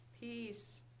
peace